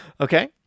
Okay